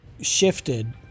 shifted